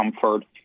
comfort